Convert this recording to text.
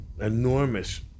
enormous